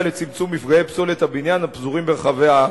לצמצום מפגעי פסולת הבניין הפזורים ברחבי הארץ.